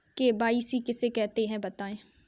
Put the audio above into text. KYC किसे कहते हैं बताएँ?